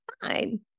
fine